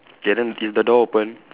K then is the door open